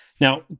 Now